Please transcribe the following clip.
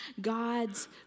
God's